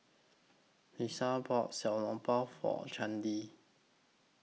Iesha bought Xiao Long Bao For Cyndi